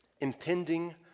impending